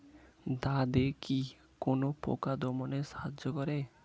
দাদেকি কোন পোকা দমনে সাহায্য করে?